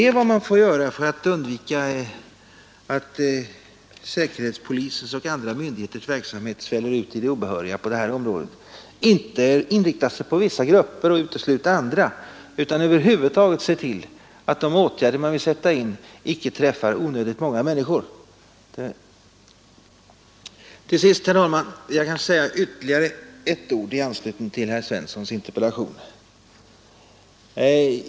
Till sist, herr talman, vill jag säga ytterligare något i anslutning till herr Svenssons interpellation.